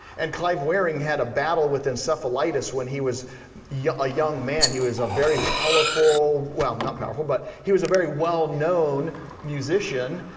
and clive wearing had a battle with encephalitis when he was yeah a young man. he was a very powerful, well not powerful, but he was a very well known musician,